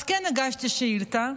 אז כן, הגשתי שאילתה,